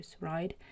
right